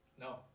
No